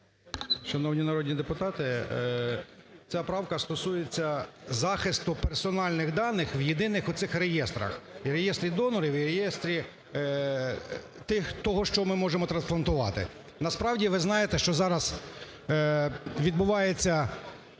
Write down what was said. Шановні народні депутати! Ця правка стосується захисту персональних даних в єдиних оцих реєстрах: і реєстрі донорів, і реєстрі того, що ми можемо трансплантувати. Насправді, ви знаєте, що зараз відбувається